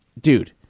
Dude